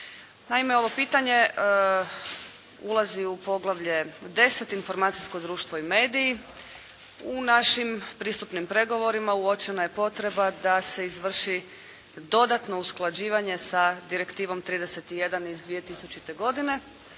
Naime, ovo pitanje ulazi u poglavlje 10. – Informacijsko društvo i mediji. U našim pristupnim pregovorima uočena je potreba da se izvrši dodatno usklađivanje sa Direktivom 31 iz 2000. godine